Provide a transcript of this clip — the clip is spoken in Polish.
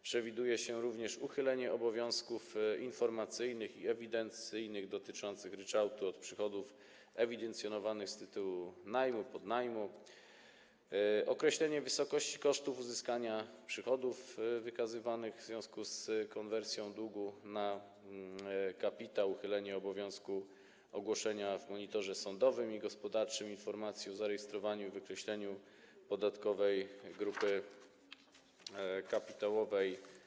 Przewiduje się również uchylenie obowiązków informacyjnych i ewidencyjnych dotyczących ryczałtu od przychodów ewidencjonowanych z tytułu najmu, podnajmu, określenie wysokości kosztów uzyskania przychodów wykazywanych w związku z konwersją długu na kapitał, uchylenie obowiązku ogłaszania w Monitorze Sądowym i Gospodarczym informacji o zarejestrowaniu i wykreśleniu podatkowej grupy kapitałowej.